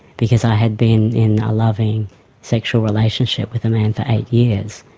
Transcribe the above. because i had been in a loving sexual relationship with a man for eight years,